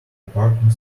parking